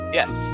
yes